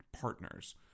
partners